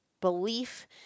belief